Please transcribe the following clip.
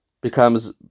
becomes